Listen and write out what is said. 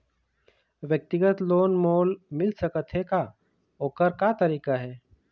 व्यक्तिगत लोन मोल मिल सकत हे का, ओकर का तरीका हे?